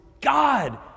God